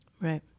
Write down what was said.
Right